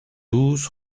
douze